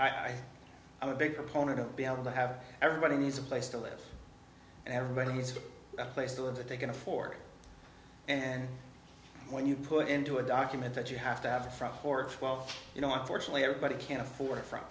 think i'm a big proponent of be able to have everybody has a place to live and everybody needs a place to live that they can afford and when you put into a document that you have to have a front for twelve you know unfortunately everybody can't afford a front